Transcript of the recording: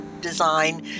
design